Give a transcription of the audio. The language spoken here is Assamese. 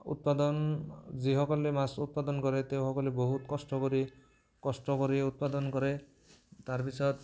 উৎপাদন যিসকলে মাছ উৎপাদন কৰে তেওঁসকলে বহুত কষ্ট কৰি কষ্ট কৰি উৎপাদন কৰে তাৰপিছত